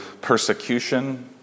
persecution